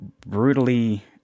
Brutally